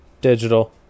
Digital